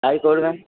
তাই করবেন